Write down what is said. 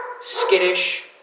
skittish